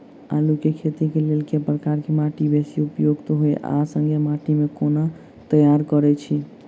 आलु केँ खेती केँ लेल केँ प्रकार केँ माटि बेसी उपयुक्त होइत आ संगे माटि केँ कोना तैयार करऽ छी?